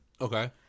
Okay